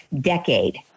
decade